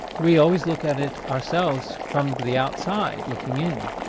we always look at it ourselves from the outside, looking in,